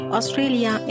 Australia